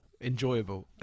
enjoyable